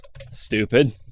Stupid